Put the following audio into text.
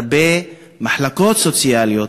הרבה מחלקות סוציאליות,